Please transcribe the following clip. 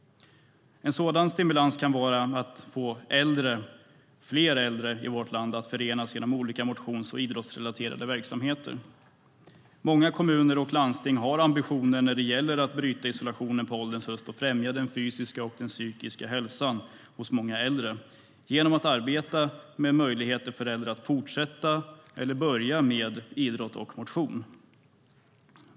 En sådan stimulans kan vara att få fler äldre i vårt land att förenas genom olika motions och idrottsrelaterade verksamheter. Många kommuner och landsting har ambitioner när det gäller att bryta isolationen på ålderns höst och främja den fysiska och psykiska hälsan hos många äldre genom att arbeta med möjligheter för äldre att fortsätta eller börja med idrott och motion.